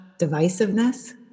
divisiveness